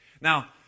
Now